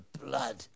blood